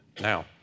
Now